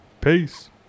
Peace